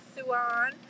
Suan